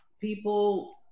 people